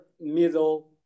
middle